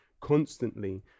constantly